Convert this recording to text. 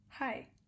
Hi